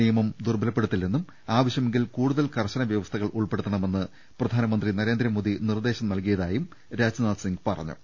നിയമം ദുർബലപ്പെടുത്തില്ലെന്നും ആവശ്യമെങ്കിൽ കൂടു തൽ കർശന വൃവസ്ഥകൾ ഉൾപ്പെടുത്തണമെന്ന് പ്രധാനമന്ത്രി നരേ ന്ദ്രമോദി നിർദേശം നൽകിയതായും രാജ്നാഥ് സിങ്ങ് പറഞ്ഞു